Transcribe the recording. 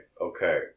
okay